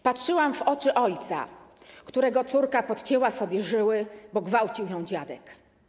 Patrzyłam w oczy ojca, którego córka podcięła sobie żyły, bo gwałcił ją dziadek.